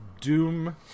Doom